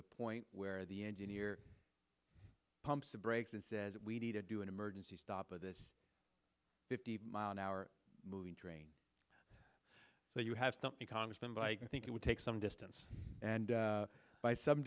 the point where the engineer pumps the brakes and says we need to do an emergency stop of this fifty mile an hour moving train so you have something congressman but i think it would take some distance and by some